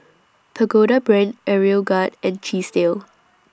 Pagoda Brand Aeroguard and Chesdale